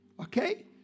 Okay